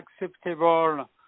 acceptable